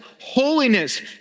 holiness